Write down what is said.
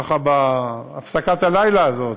ככה, בהפסקת הלילה הזאת